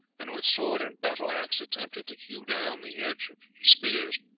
and with sword and battle-axe attempted to hew down the hedge of spears,